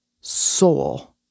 soul